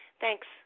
Thanks